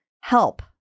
Help